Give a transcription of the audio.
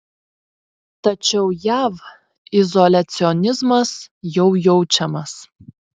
tačiau jav izoliacionizmas jau jaučiamas